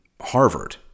Harvard